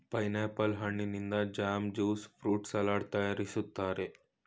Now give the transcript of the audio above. pineapple ಹಣ್ಣಿನಿಂದ jam, juice fruit salad ತರಯಾರಿಸ್ತರೆ